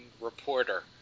Reporter